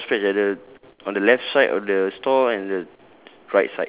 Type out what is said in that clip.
ya grass patch at the on the left side of the stall and the